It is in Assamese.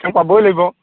অঁ পাবই লাগিব